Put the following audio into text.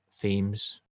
themes